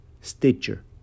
Stitcher